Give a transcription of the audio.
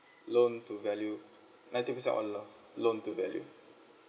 loan to value ninety percent on lo~ loan to value